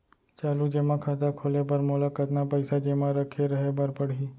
चालू जेमा खाता खोले बर मोला कतना पइसा जेमा रखे रहे बर पड़ही?